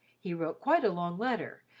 he wrote quite a long letter,